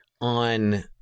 on